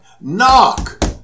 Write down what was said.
Knock